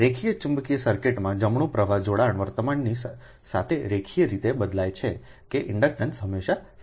રેખીય ચુંબકીય સર્કિટમાં જમણું પ્રવાહ જોડાણો વર્તમાન ની સાથે રેખીય રીતે બદલાય છે કે ઇન્ડક્ટન્સ હંમેશા સ્થિર રહે છે